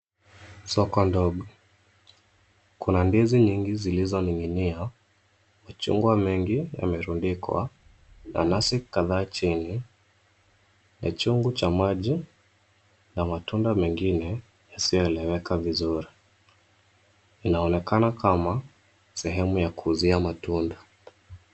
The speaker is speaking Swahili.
Soko ndogo. Kuna ndizi nyingi zilizoning'inia, machungwa mengi yamerundikwa, nanasi kadhaa chini, na chungu cha maji na matunda mengine yasiyoeleweka vizuri. Inaonekana kama sehemu ya kuuzia matunda.